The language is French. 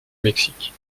mexique